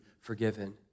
forgiven